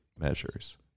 measures